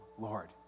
Lord